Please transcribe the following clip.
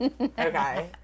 Okay